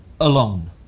alone